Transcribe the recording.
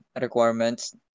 requirements